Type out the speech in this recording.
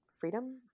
Freedom